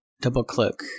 double-click